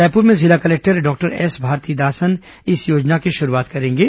रायपुर में जिला collector doctor S Bharathidasan इस योजना की शुरूआत करेंगे